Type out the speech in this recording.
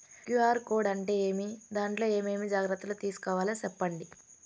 QR code అంటే ఏమి? దాంట్లో ఏ ఏమేమి జాగ్రత్తలు తీసుకోవాలో సెప్పండి?